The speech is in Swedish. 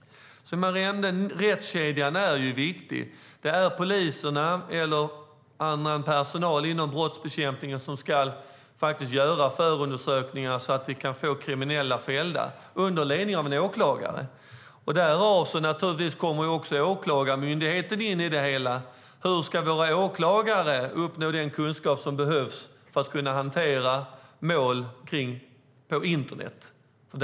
Rättskedjan är viktig. Poliser eller annan personal inom brottsbekämpningen ska under ledning av en åklagare göra förundersökningar så att kriminella kan bli fällda. Åklagarmyndigheten kommer alltså också in i det hela. Hur ska våra åklagare uppnå den kunskap som behövs för att kunna hantera internetmål?